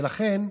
ולכן,